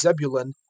zebulun